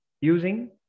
using